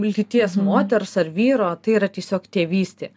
lyties moters ar vyro tai yra tiesiog tėvystė